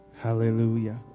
Hallelujah